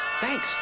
Thanks